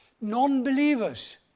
non-believers